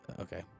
okay